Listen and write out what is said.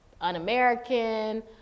un-American